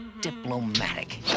diplomatic